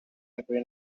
every